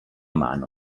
mano